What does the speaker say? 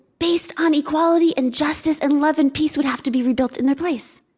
based on equality and justice and love and peace would have to be rebuilt in their place.